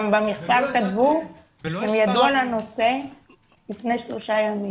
גם במכתב כתבו שידעו על הנושא לפני שלושה ימים.